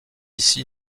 ici